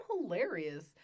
hilarious